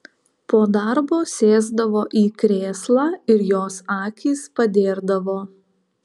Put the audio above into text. po darbo sėsdavo į krėslą ir jos akys padėrdavo